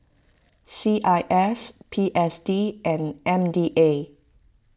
C I S P S D and M D A